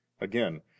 Again